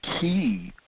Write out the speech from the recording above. key